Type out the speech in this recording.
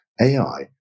AI